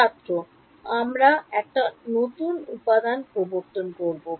ছাত্র আমরা নতুন উপাদান প্রবর্তন করব